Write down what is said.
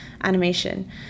animation